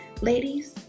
Ladies